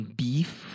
beef